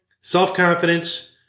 self-confidence